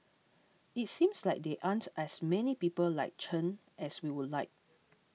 it seems like there aren't as many people like Chen as we would like